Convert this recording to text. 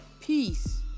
peace